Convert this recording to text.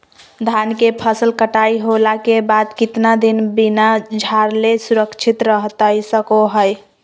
धान के फसल कटाई होला के बाद कितना दिन बिना झाड़ले सुरक्षित रहतई सको हय?